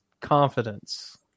confidence